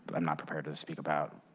but i'm not prepared to speak about,